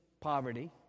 poverty